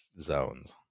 zones